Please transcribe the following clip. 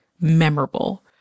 memorable